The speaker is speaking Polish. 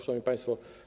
Szanowni Państwo!